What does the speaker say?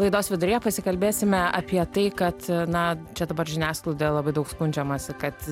laidos viduryje pasikalbėsime apie tai kad na čia dabar žiniasklaidoj labai daug skundžiamasi kad